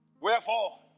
Wherefore